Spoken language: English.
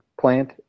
Plant